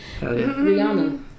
Rihanna